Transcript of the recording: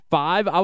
five